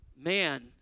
man